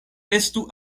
estu